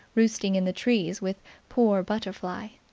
roosting in the trees, with poor butterfly.